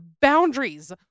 boundaries